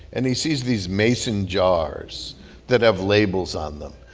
and he sees these mason jars that have labels on them.